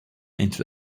into